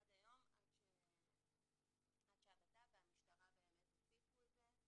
עד היום עד שהמשטרה הציפה את זה.